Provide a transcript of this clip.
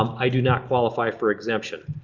um i do not qualify for exemption.